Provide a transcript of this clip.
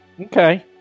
Okay